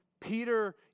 Peter